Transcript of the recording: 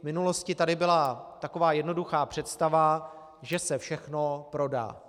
V minulosti tady byla taková jednoduchá představa, že se všechno prodá.